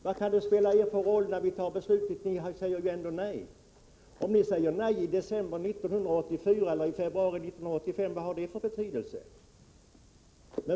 Vad kan det spela er för roll när vi fattar beslutet — ni säger ju ändå nej? Om ni säger nej i december 1984 eller i februari 1985 — vad har det för betydelse?